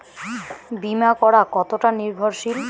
বীমা করা কতোটা নির্ভরশীল?